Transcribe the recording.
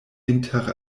inter